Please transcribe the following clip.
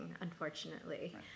unfortunately